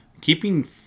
keeping